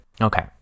Okay